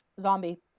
Zombie